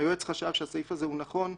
היועץ חשב שהסעיף הזה הוא נכון,